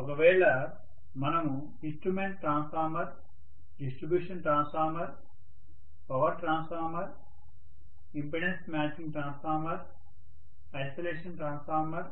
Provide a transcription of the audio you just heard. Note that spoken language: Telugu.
ఒకవేళ మనము instrument transformer distribution transformer power transformer impedance matching transformer isolation transformer